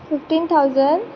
fifteen thousand